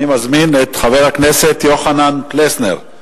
אני מזמין את חבר הכנסת יוחנן פלסנר,